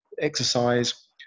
exercise